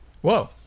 Whoa